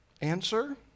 Answer